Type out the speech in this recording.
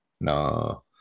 No